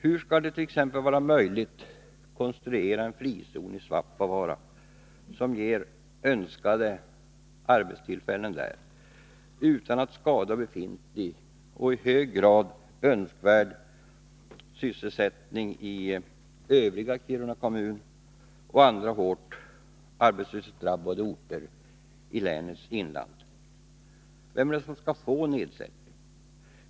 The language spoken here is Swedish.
Hur skall det t.ex. vara möjligt att konstruera en ”frizon” i Svappavaara som ger önskade arbetstillfällen där, utan att skada befintlig och i hög grad önskvärd sysselsättning i övriga Kiruna kommun och andra hårt arbetslöshetsdrabbade orter i länets inland? Vem skall få nedsättning?